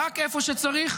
רק איפה שצריך,